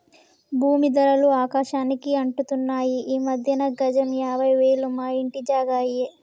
భూమీ ధరలు ఆకాశానికి అంటుతున్నాయి ఈ మధ్యన గజం యాభై వేలు మా ఇంటి జాగా అయ్యే